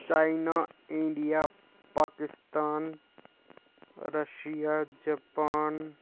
चीन India Pakistan Russia Japan